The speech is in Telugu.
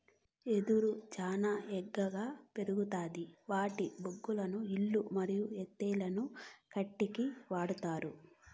వెదురు చానా ఏగంగా పెరుగుతాది వాటి బొంగులను ఇల్లు మరియు వంతెనలను కట్టేకి వాడతారు